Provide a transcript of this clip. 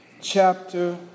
chapter